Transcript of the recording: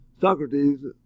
Socrates